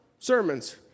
sermons